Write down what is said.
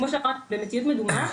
כמו שבמציאות מדומה,